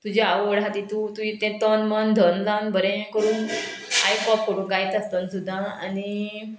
तुजी आवड आहा तितू तूंयें तें तन मन धन धान बरें करून आयकप करूंक गायता आसतना सुद्दां आनी